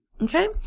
okay